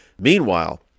Meanwhile